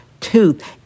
tooth